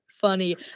Funny